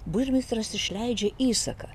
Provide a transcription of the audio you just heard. burmistras išleidžia įsaką